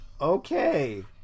Okay